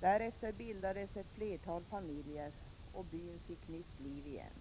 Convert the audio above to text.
Därefter bildades ett flertal familjer, och byn fick nytt liv igen.